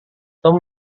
tom